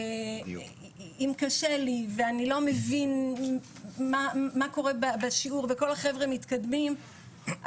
אם קשה לי ואני לא מבין מה קורה בשיעור וכל החבר'ה מתקדמים,